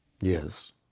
Yes